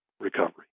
recovery